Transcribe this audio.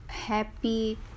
happy